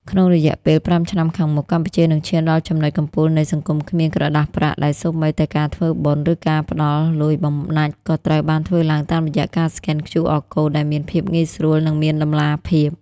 ក្នុងរយៈពេល ៥ ឆ្នាំខាងមុខ កម្ពុជានឹងឈានដល់ចំណុចកំពូលនៃ "សង្គមគ្មានក្រដាសប្រាក់" ដែលសូម្បីតែការធ្វើបុណ្យ ឬការផ្ដល់លុយបំណាច់ក៏ត្រូវបានធ្វើឡើងតាមរយៈការស្កែន QR កូដ ដែលមានភាពងាយស្រួល និងមានតម្លាភាព។